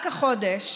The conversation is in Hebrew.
רק החודש